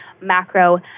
macro